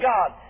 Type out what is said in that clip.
God